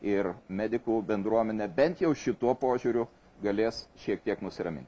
ir medikų bendruomenė bent jau šituo požiūriu galės šiek tiek nusiraminti